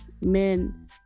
men